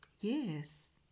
Yes